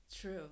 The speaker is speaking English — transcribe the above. True